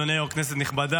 אדוני היו"ר, כנסת נכבדה,